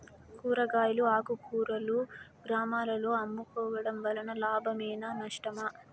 కూరగాయలు ఆకుకూరలు గ్రామాలలో అమ్ముకోవడం వలన లాభమేనా నష్టమా?